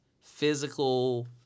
physical